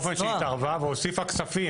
התערבה והוסיפה כספים.